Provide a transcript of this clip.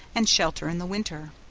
and shelter in the winter.